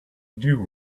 new